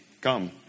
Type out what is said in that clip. come